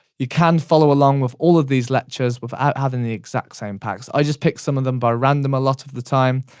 you can follow along with all of these lectures without having the exact same packs. i just picked some of them by random a lot of the time,